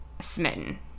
smitten